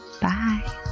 Bye